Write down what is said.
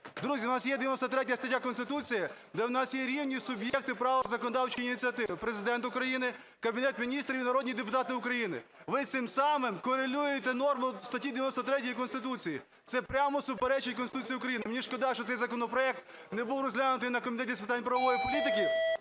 Друзі, у нас 93 стаття Конституції, де у нас є рівні суб'єкти права законодавчої ініціативи: Президент України, Кабінет Міністрів і народні депутати України. Ви цим самим корелюєте норму статті 93 Конституції, це прямо суперечить Конституції України. Мені шкода, що цей законопроект не був розглянутий на Комітеті з питань правової політики,